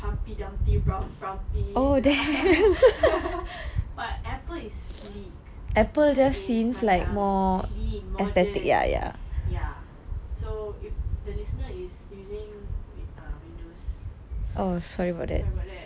humpty dumpty brown frumpy but apple is lit apple is macam clean modern ya so if the listener is using ah windows sorry about that